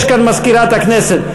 יש כאן מזכירת הכנסת.